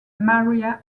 maria